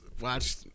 watch